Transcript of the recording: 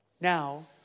Now